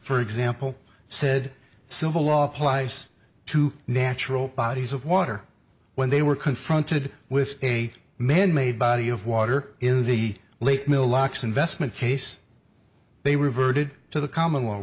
for example said civil law applies to natural bodies of water when they were confronted with a manmade body of water in the lake mill locke's investment case they reverted to the common law